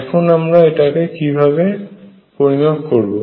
এখন আমরা এটাকে কিভাবে পরিমাপ করবো